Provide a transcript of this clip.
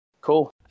Cool